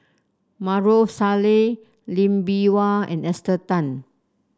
Maarof Salleh Lee Bee Wah and Esther Tan